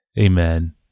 Amen